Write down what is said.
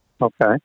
Okay